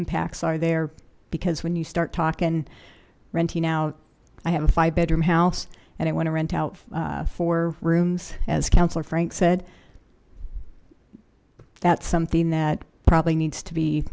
impacts are there because when you start talking renting out i have a five bedroom house and it went to rent out four rooms as councillor frank said that's something that probably needs to be